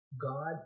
god